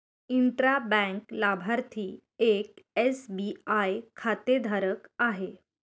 intra bank लाभार्थी एक SBI खातेधारक आहे